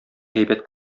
әйбәт